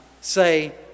say